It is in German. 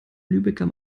lübecker